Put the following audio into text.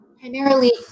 primarily